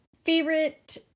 favorite